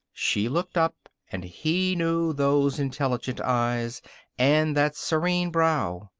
she looked up, and he knew those intelligent eyes and that serene brow.